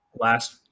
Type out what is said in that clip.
last